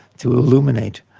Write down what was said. to illuminate,